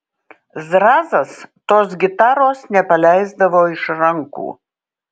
zrazas tos gitaros nepaleisdavo iš rankų